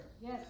Yes